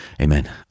Amen